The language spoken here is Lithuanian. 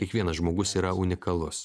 kiekvienas žmogus yra unikalus